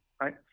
Right